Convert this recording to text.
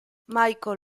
michael